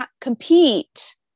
compete